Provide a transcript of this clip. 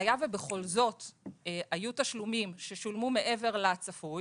והיה ובכל זאת היו תשלומים ששולמו מעבר לצפוי,